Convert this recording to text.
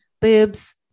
boobs